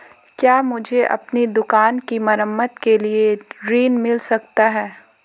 क्या मुझे अपनी दुकान की मरम्मत के लिए ऋण मिल सकता है?